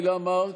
וצלפים,